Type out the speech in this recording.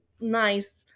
nice